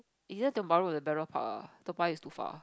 either Tiong Bahru or Farrer Park ah Toa-Payoh is too far